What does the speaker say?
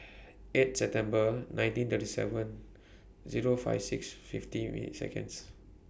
eight September nineteen thirty seven Zero five six fifteen minutes Seconds